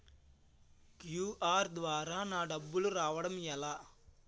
QR ద్వారా నాకు డబ్బులు రావడం ఎలా?